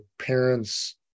parents